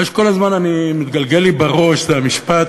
מה שכל הזמן מתגלגל לי בראש זה המשפט,